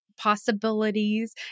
possibilities